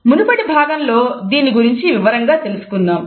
మునుపటి భాగంలో దీని గురించి వివరంగా తెలుసుకున్నాము